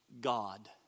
God